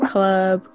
Club